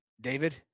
David